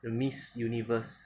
the miss universe